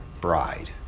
bride